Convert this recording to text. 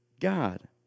God